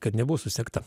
kad nebuvo susekta